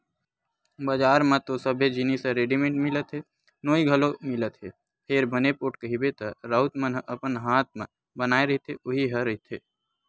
बजार म तो सबे जिनिस ह रेडिमेंट मिलत हे नोई घलोक मिलत हे फेर बने पोठ कहिबे त राउत मन ह अपन हात म बनाए रहिथे उही ह रहिथे